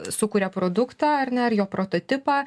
sukuria produktą ar ne ar jo prototipą